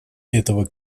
этого